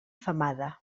femada